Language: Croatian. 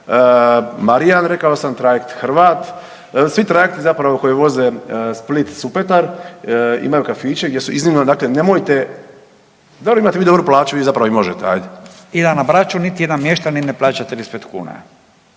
Marijan rekao sam, trajekt Hrvat svi trajekti zapravo koji voze Split-Supetar imaju kafiće gdje su iznimno dakle nemojte, da li vi imate dobru plaću vi zapravo i možete ajd. **Radin, Furio (Nezavisni)** … na Braču niti jedan mještanin ne plaća 35 kuna,